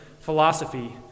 philosophy